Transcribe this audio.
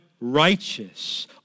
righteous